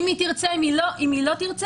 אם היא תרצה אם היא לא תרצה,